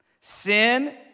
Sin